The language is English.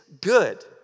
good